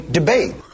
debate